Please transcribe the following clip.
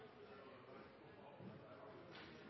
på tannhelsefeltet. Der har vi